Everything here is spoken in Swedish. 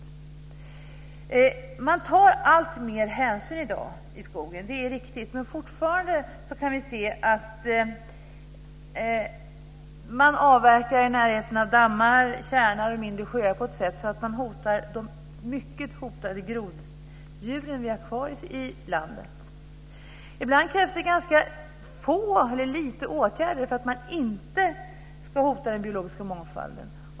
I dag tar man alltmer hänsyn i skogen. Det är riktigt. Men fortfarande kan vi se att man avverkar i närheten av dammar, tjärnar och mindre sjöar på ett sätt som hotar de mycket hotade groddjuren som vi har kvar i landet. Ibland krävs det ganska lite åtgärder för att man inte ska hota den biologiska mångfalden.